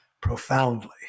profoundly